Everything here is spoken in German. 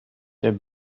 der